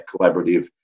collaborative